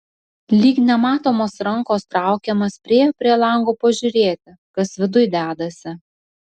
lyg nematomos rankos traukiamas priėjo prie lango pažiūrėti kas viduj dedasi